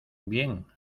bien